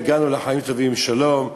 הגענו לחיים טובים ולשלום,